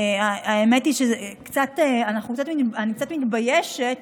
האמת היא שאני קצת מתביישת